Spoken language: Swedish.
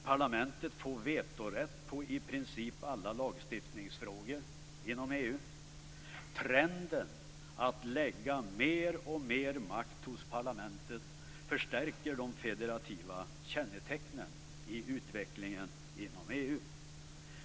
Parlamentet får vetorätt när det gäller i princip alla lagstiftningsfrågor inom EU. Trenden att lägga mer och mer makt hos parlamentet förstärker de federativa kännetecknen i utvecklingen inom EU.